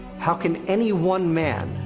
how can any one man,